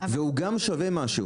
והוא גם שווה משהו.